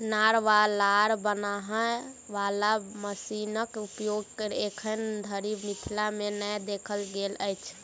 नार वा लार बान्हय बाला मशीनक उपयोग एखन धरि मिथिला मे नै देखल गेल अछि